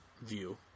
view